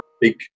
big